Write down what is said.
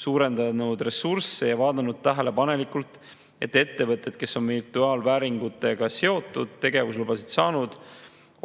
suurendanud ressursse ja vaadanud tähelepanelikult, et ettevõtted, kes on virtuaalvääringutega seotud ja tegevuslubasid saanud,